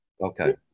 Okay